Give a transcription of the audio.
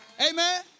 Amen